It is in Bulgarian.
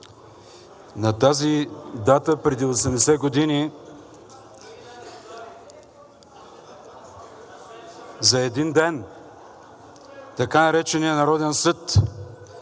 На тази дата преди 80 години за един ден така нареченият Народен съд